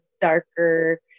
darker